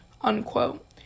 unquote